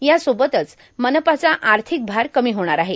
यासोबतच मनपाचा आर्थिक भार कमी होणार आहे